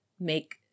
make